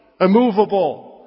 Immovable